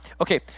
Okay